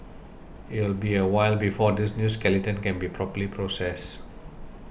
it will be a while before this new skeleton can be properly processed